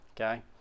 Okay